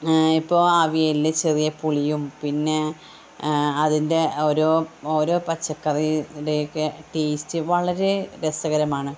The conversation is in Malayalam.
ഇപ്പോള് അവിയലില് ചെറിയ പുളിയും പിന്നെ അതിൻ്റെ ഓരോ ഓരോ പച്ചക്കറി യുടെയൊക്കെ ടേസ്റ്റ് വളരെ രസകരമാണ്